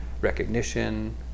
recognition